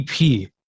EP